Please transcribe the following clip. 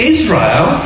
Israel